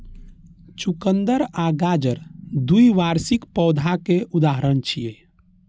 चुकंदर आ गाजर द्विवार्षिक पौधाक उदाहरण छियै